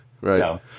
right